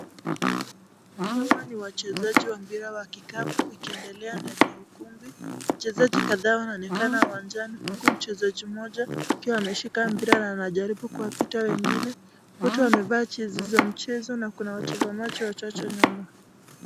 Hawa ni wachezaji wa mpira wa kikapu ikiendelea ndani ya ukumbi wachezaji kadhaa wanaonekana uwanjani huku mchezaji mmoja akiwa ameshika mpira na anajaribu kuwapita wengine, wote wamevaa jezi za mchezo na kuna watazamaji wachache nyuma.